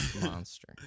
monster